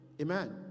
Amen